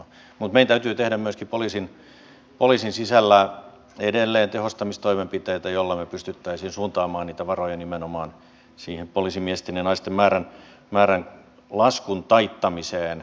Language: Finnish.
mutta meidän täytyy tehdä myöskin poliisin sisällä edelleen tehostamistoimenpiteitä joilla me pystyisimme suuntaamaan niitä varoja nimenomaan siihen poliisimiesten ja naisten määrän laskun taittamiseen